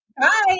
Bye